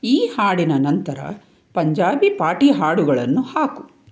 ಈ ಹಾಡಿನ ನಂತರ ಪಂಜಾಬಿ ಪಾಟೀ ಹಾಡುಗಳನ್ನು ಹಾಕು